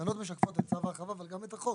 התקנות משקפות את צו ההרחבה אבל גם את החוק.